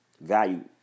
Value